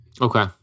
Okay